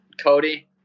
Cody